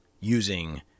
using